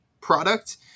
product